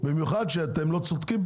במיוחד שאתם לא צודקים,